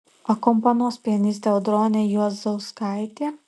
akompanuos pianistė audronė juozauskaitė